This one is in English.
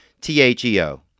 T-H-E-O